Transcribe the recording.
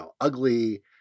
ugly